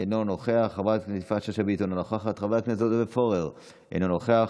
אינו נוכח, חבר הכנסת אבי מעוז, אינו נוכח,